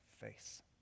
face